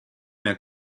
mehr